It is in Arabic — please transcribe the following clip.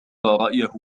رأيه